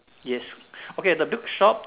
yes okay the build shop